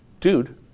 Dude